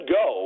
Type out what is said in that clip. go